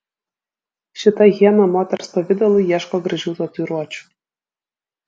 šita hiena moters pavidalu ieško gražių tatuiruočių